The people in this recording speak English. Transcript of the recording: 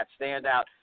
standout